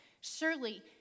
Surely